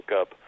up